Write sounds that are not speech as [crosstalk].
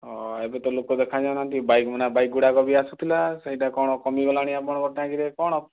ହ ଏବେ ତ ଲୋକ ଦେଖା ଯାଉନାହାନ୍ତି [unintelligible] ବାଇକ୍ ଗୁଡ଼ା ବି ଆସୁଥିଲା ସେଇଟା କ'ଣ କମିଗଲାଣି ଆପଣଙ୍କ ଟାଙ୍କିରେ କ'ଣ